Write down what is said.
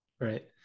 right